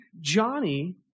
Johnny